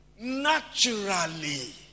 Naturally